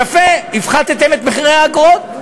יפה, הפחתתם את האגרות.